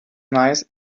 nice